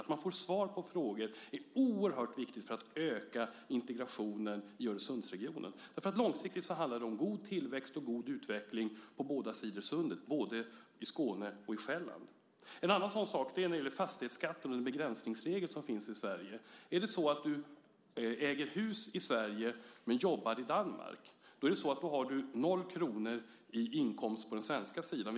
Att man får svar på frågor är oerhört viktigt för att öka integrationen i Öresundsregionen. Långsiktigt handlar det om god tillväxt och god utveckling på båda sidor av sundet i både Skåne och Själland. En annan sådan sak är fastighetsskatten och den begränsningsregel som finns i Sverige. Om du äger hus i Sverige men jobbar i Danmark har du noll kronor i inkomst på den svenska sidan.